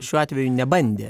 šiuo atveju nebandė